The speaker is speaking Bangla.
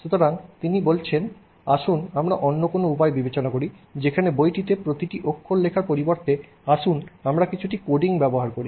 সুতরাং তিনি বলেছেন আসুন আমরা অন্য কোনও উপায় বিবেচনা করি যেখানে বইটিতে প্রতিটি অক্ষর লেখার পরিবর্তে আসুন আমরা কিছু কোডিং ব্যবহার করি